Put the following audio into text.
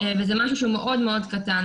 וזה משהו שהוא מאוד מאוד קטן.